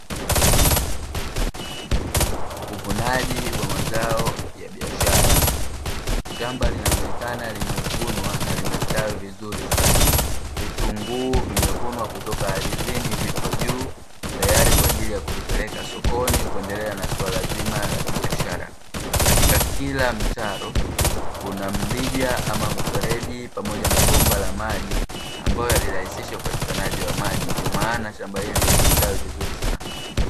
Uvunaji wa mazao ya biashara. Shamba linaonekana limevunwa na limestawi vizuri sana. Vitunguu vimevunwa kutoka ardhini vipo juu tayari kwa ajili ya kuvipeleka sokoni kuendelea na swala zima la kibiashara. Katika kila mtaro kuna mrija ama mfereji pamoja na bomba la maji ambavyo vilirahisisha upatikanaji wa maji, ndio maana shamba hili limestawi vizuri sana.